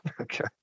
Okay